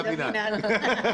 זה המינהל.